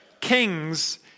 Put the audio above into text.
kings